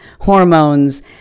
hormones